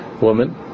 woman